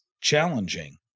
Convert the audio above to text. challenging